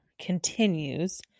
continues